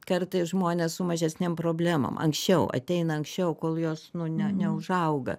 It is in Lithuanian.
kartais žmonės su mažesnėm problemom anksčiau ateina anksčiau kol jos nu ne neužauga